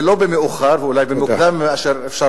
ולא במאוחר ואולי במוקדם מאשר אפשר